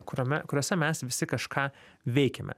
kuriame kuriuose mes visi kažką veikiame